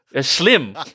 Slim